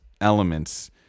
elements